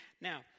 Now